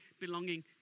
belonging